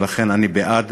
ולכן אני בעד